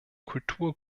kultur